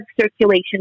circulation